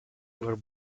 were